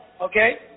Okay